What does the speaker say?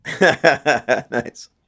Nice